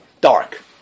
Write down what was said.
dark